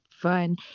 fun